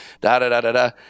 da-da-da-da-da